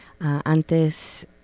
Antes